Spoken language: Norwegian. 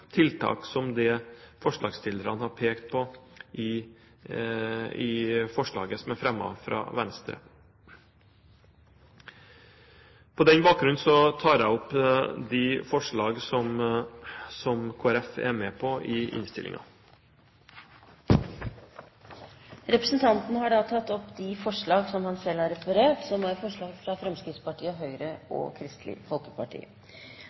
tiltak, som det forslagsstillerne har pekt på i forslaget som er fremmet fra Venstre. På den bakgrunn tar jeg opp det forslaget som Kristelig Folkeparti er med på i innstillingen. Representanten Øyvind Håbrekke har tatt opp det forslaget han refererte til. Innledningsvis vil jeg takke Fremskrittspartiet, Høyre og Kristelig Folkeparti